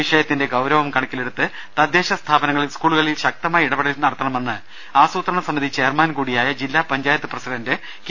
വിഷയത്തിന്റെ ഗൌരവം കണക്കിലെടുത്ത് തദ്ദേശ സ്ഥാപനങ്ങൾ സ്കൂളുകളിൽ ശക്തമായി ഇടപെടൽ നടത്തണമെന്ന് ആസൂത്രണസമിതി ചെയർമാൻ കൂടിയായ ജില്ലാ പഞ്ചായത്ത് പ്രസിഡൻറ് കെ